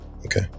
okay